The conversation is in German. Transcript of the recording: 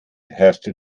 herrschte